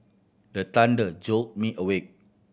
the thunder jolt me awake